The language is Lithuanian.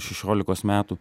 šešiolikos metų